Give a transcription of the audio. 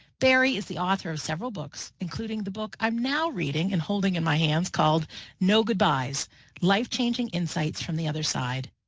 barry is the author of several books, including the book i'm now reading and holding in my hands called no goodbyes life changing insights from the other side.